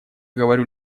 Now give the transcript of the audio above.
говорю